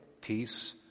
peace